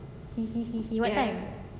he he he he what time